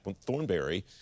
Thornberry